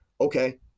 okay